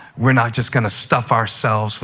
we're not just going to stuff ourselves